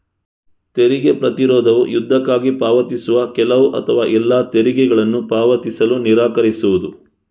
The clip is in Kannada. ತೆರಿಗೆ ಪ್ರತಿರೋಧವು ಯುದ್ಧಕ್ಕಾಗಿ ಪಾವತಿಸುವ ಕೆಲವು ಅಥವಾ ಎಲ್ಲಾ ತೆರಿಗೆಗಳನ್ನು ಪಾವತಿಸಲು ನಿರಾಕರಿಸುವುದು